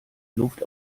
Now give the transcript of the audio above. luft